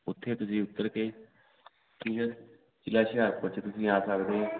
ਉੱਥੇ ਤੁਸੀਂ ਉੱਤਰ ਕੇ ਠੀਕ ਹੈ ਜਿਲ੍ਹਾ ਹੁਸ਼ਿਆਰਪੁਰ 'ਚ ਤੁਸੀਂ ਆ ਸਕਦੇ ਹੋ